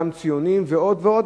גם ציונים ועוד ועוד,